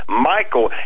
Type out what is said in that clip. Michael